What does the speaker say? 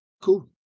Cool